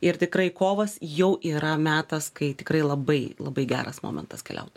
ir tikrai kovas jau yra metas kai tikrai labai labai geras momentas keliaut